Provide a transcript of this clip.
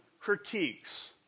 critiques